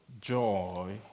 joy